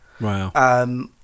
Wow